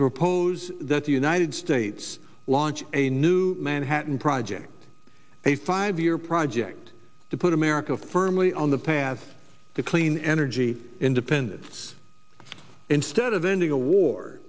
to oppose that the united date's launch a new manhattan project a five year project to put america firmly on the path to clean energy independence instead of ending a war